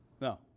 No